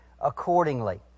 accordingly